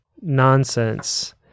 nonsense